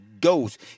ghost